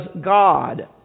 God